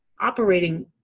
operating